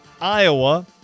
Iowa